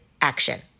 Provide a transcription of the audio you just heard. action